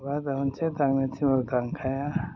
माबा मोनसे दांनो थिनब्लाबो दांखाया